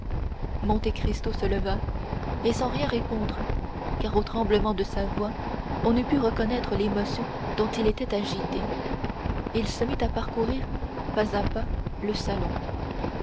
fureur monte cristo se leva et sans rien répondre car au tremblement de sa voix on eût pu reconnaître l'émotion dont il était agité il se mit à parcourir pas à pas le salon